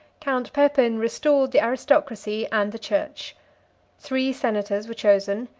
count pepin restored the aristocracy and the church three senators were chosen,